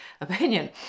opinion